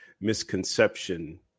misconception